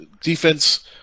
defense